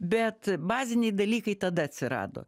bet baziniai dalykai tada atsirado